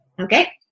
Okay